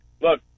look